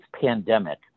pandemic